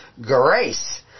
grace